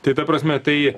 tai ta prasme tai